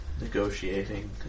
Negotiating